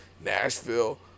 Nashville